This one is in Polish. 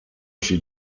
się